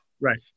Right